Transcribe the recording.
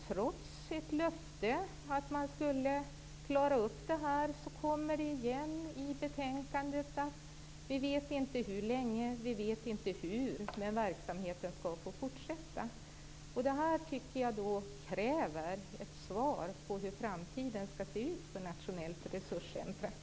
Trots ett löfte om att villkoren skulle klaras upp skriver utskottet i betänkandet att man inte vet hur länge eller hur men att verksamheten skall få fortsätta. Jag tycker att vi kan kräva ett svar på hur framtiden skall se ut för det nationella resurscentrumet.